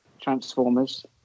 Transformers